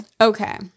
Okay